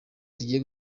tugiye